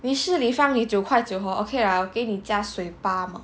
Shi Li Fang 你九块九 hor okay lah 我给你加水八毛